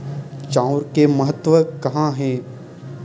चांउर के महत्व कहां हे?